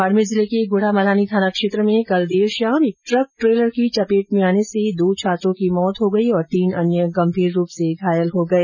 बाड़मेर जिले के गुड़ामालानी थाना क्षेत्र में कल देर शाम एक ट्रक ट्रेलर की चपेट में आने से दो छात्रों की मौत हो गयी जबर्कि तीन अन्य छात्र घायल हो गए